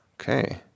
Okay